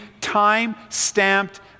time-stamped